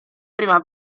prima